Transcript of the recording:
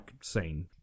scene